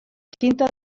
tinta